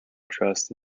dressed